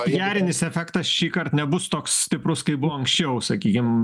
pijarinis efektas šįkart nebus toks stiprus kaip buvo anksčiau sakykim